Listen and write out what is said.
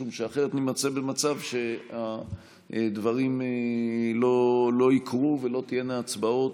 משום שאחרת נימצא במצב שהדברים לא יקרו ולא תהיינה הצבעות